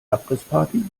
abrissparty